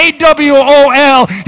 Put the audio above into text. A-W-O-L